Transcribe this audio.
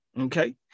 Okay